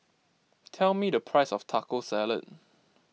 tell me the price of Taco Salad